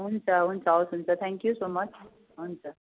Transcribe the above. हुन्छ हुन्छ हवस् हुन्छ थ्याङ्कयू सो मच हुन्छ